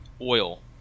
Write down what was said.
oil